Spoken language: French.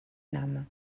nam